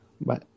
Bye